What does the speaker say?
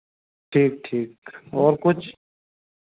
ठीक ठीक और कुछ